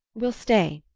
we'll stay,